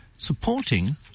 supporting